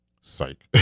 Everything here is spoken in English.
psych